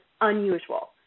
unusual